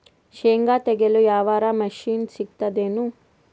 ಶೇಂಗಾ ತೆಗೆಯಲು ಯಾವರ ಮಷಿನ್ ಸಿಗತೆದೇನು?